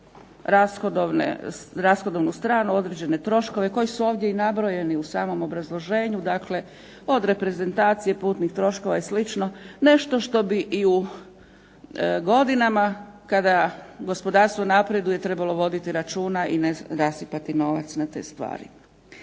rashodovnu stranu, određene troškove koji su ovdje i nabrojeni u samom obrazloženju od reprezentacije putnih troškova i slično, nešto što bi i u godinama kada gospodarstvo napreduje trebalo voditi računa i ne rasipati novac na te stvari.